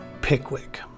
Pickwick